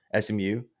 SMU